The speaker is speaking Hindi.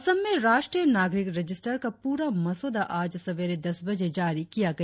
असम में राष्ट्रीय नागरिक रजिस्टर का पूरा मसौदा आज सवेरे दस बजे जारी किया गया